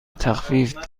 تخفیف